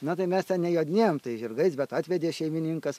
na tai mes ten nejodinėjom žirgais bet atvedė šeimininkas